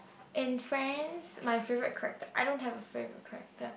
in France my favourite character I don't have a favourite character